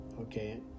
Okay